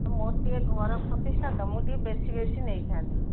ମୋର ଟିକେ ଘର ପ୍ରତିଷ୍ଠା ତ ମୁଁ ଟିକେ ବେଶି ବେଶି ନେଇଥାନ୍ତି